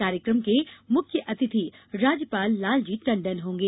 कार्यक्रम के मुख्य अतिथि राज्यपाल लालजी टंडन होंगे